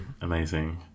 Amazing